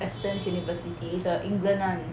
aston university it's a england [one]